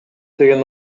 деген